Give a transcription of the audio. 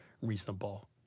reasonable